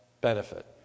benefit